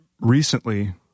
recently